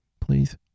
please